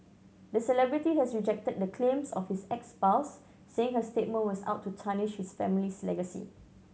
the celebrity has rejected the claims of his ex spouse saying her statement was out to tarnish his family's legacy